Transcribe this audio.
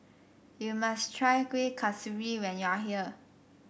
you must try Kuih Kasturi when you are here